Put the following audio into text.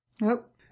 Nope